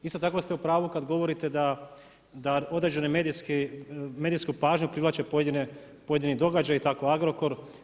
Isto tako ste u pravu kada govorite da određenu medijsku pažnju privlače pojedini događaji i tako Agrokor.